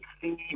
see